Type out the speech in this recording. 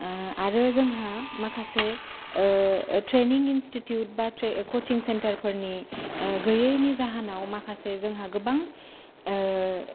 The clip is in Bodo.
आरो जोंहा माखासे ट्रेनिं इन्सटिथिउट बा कसिं सेन्टारफोरनि गैयैनि जाहोनाव माखासे जोंहा गोबां